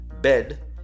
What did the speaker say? bed